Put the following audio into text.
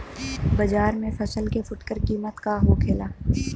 बाजार में फसल के फुटकर कीमत का होखेला?